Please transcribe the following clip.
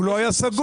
הוא לא היה סגור.